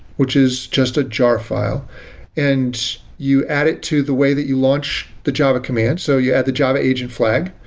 which is just a jar file and you add it to the way that you launch the java command. so you add the java agent flag,